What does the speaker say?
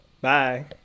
bye